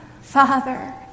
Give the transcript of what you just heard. Father